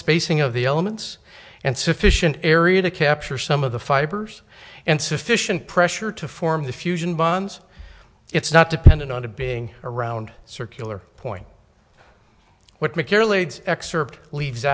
spacing of the elements and sufficient area to capture some of the fibers and sufficient pressure to form the fusion bonds it's not dependent on a being around circular point what